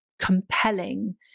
compelling